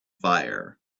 fire